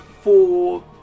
four